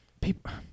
people